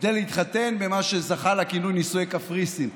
כדי להתחתן במה שזכה לכינוי "נישואי קפריסין",